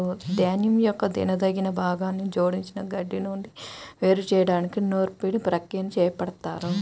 ధాన్యం యొక్క తినదగిన భాగాన్ని జోడించిన గడ్డి నుండి వేరు చేయడానికి నూర్పిడి ప్రక్రియని చేపడతారు